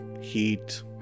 heat